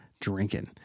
drinking